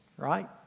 Right